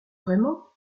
vraiment